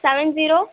seven zero